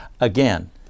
Again